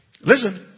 listen